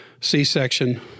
C-section